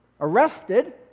arrested